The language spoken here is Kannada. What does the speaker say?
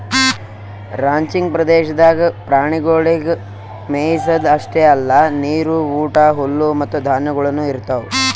ರಾಂಚಿಂಗ್ ಪ್ರದೇಶದಾಗ್ ಪ್ರಾಣಿಗೊಳಿಗ್ ಮೆಯಿಸದ್ ಅಷ್ಟೆ ಅಲ್ಲಾ ನೀರು, ಊಟ, ಹುಲ್ಲು ಮತ್ತ ಧಾನ್ಯಗೊಳನು ಇರ್ತಾವ್